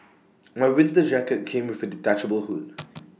my winter jacket came with A detachable hood